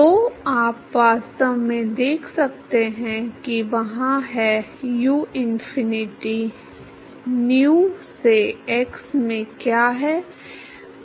तो आप वास्तव में देख सकते हैं कि वहाँ है uinfinity nu से x में क्या है